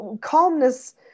calmness